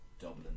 Dublin